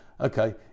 Okay